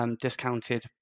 discounted